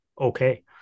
okay